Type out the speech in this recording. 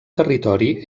territori